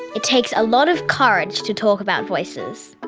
it takes a lot of courage to talk about voices. but